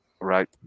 right